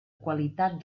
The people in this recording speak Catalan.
qualitat